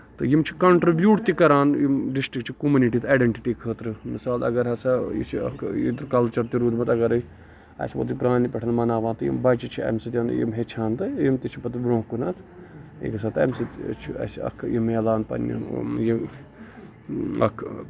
تہٕ یِم چھِ کَنٹریبروٗٹ تہِ کران یِم ڈِسٹرکٹِچہِ کومونٹی تہٕ ایڈینڈیٹِٹی خٲطرٕ مِثال اَگر ہسا یہِ چھُ اَکھ ییٚتیُک کَلچر تہِ روٗدمُت اَگرٕے اَسہِ ووت یہِ پرانہِ پٮ۪ٹھ مناوان تہٕ یِم بچہٕ چھِ اَمہِ سۭتۍ یِم ہٮ۪چھان تہٕ یِم تہِ چھِ پَتہٕ برونہہ کُنتھ اَمہِ سۭتۍ چھُ اَسہِ اکھ یہِ مِلان پَنٕنین یِم اکھ